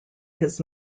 his